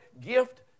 gift